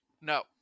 No